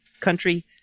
country